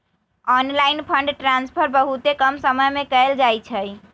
online fund transfer बहुते कम समय में कएल जाइ छइ